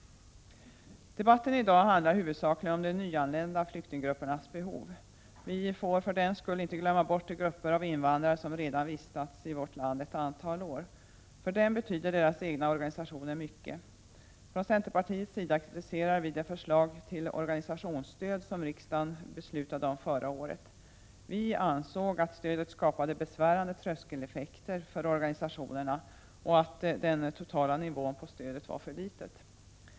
Debatten i dag handlar huvudsakligen om de nyanlända flyktinggruppernas behov. För den skull får inte de grupper av invandrare glömmas bort som redan har vistats i vårt land ett antal år. För dem betyder deras egna organisationer mycket. Från centerpartiets sida kritiserade vi det förslag till organisationsstöd som riksdagen beslutade förra året. Vi ansåg att stödet skapade besvärande tröskeleffekter för organisationerna och att den totala nivån på stödet var för litet.